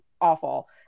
awful